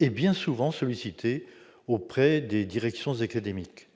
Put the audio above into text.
est bien souvent sollicité auprès des directions académiques.